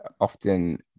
often